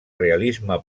realisme